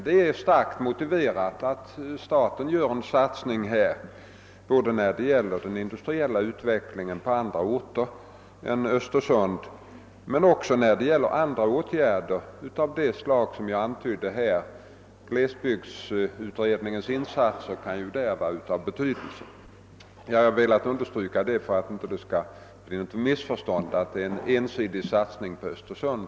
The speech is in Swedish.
Det är starkt motiverat att staten där gör en satsning både när det gäller den industriella verksamheten på andra orter än Östersund och när det gäller åtgärder av det slag som jag här antytt. Glesbygdsutredningens insatser kan därvid vara av betydelse. Jag har velat framhålla detta för att inte det missförståndet skall uppstå att det här rör sig om en ensidig satsning på Östersund.